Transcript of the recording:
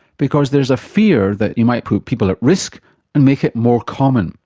because there's a fear that you might put people at risk and make it more common.